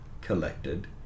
collected